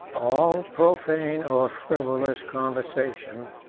all profane or frivolous conversation,